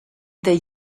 they